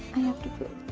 i have to poop.